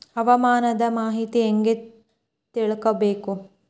ಹವಾಮಾನದ ಮಾಹಿತಿ ಹೇಗೆ ತಿಳಕೊಬೇಕು?